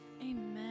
Amen